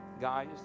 guys